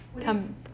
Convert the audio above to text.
Come